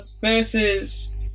versus